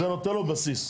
זה נותן לו בסיס.